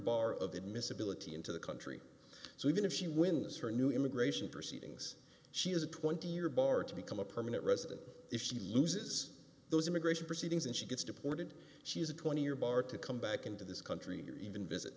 bar of the admissibility into the country so even if she wins her new immigration proceedings she has a twenty year bar to become a permanent resident if she loses those immigration proceedings and she gets deported she is a twenty year bar to come back into this country or even visit